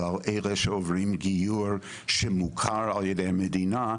אבל אלה שעוברים גיור שמוכר על ידי המדינה,